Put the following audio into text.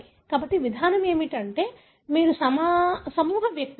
కాబట్టి విధానం ఏమిటంటే మీరు సమూహ వ్యక్తులు